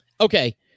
Okay